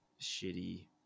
shitty